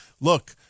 look